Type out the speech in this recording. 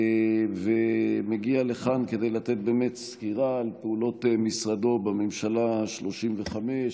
ומגיע לכאן כדי לתת סקירה על פעילות משרדו בממשלה השלושים-וחמש.